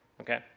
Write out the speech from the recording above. Okay